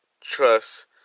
trust